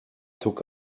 took